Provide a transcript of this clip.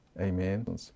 Amen